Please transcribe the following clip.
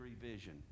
vision